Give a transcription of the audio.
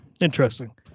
Interesting